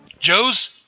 Joe's